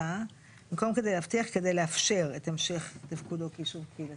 "כדי לאפשר את המשך תפקודו כיישוב קהילתי".